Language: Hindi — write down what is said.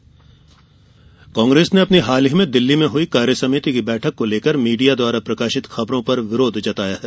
कांग्रेस प्रेस कांग्रेस ने अपनी हाल ही में दिल्ली में हुई कार्यसमिति की बैठक को लेकर मीडिया द्वारा प्रकाशित खबरों पर विरोध जताया है